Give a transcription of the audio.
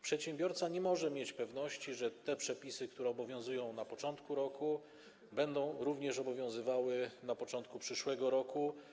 Przedsiębiorca nie może mieć pewności, że te przepisy, które obowiązują na początku roku, będą również obowiązywały na początku przyszłego roku.